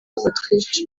autriche